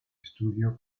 estudio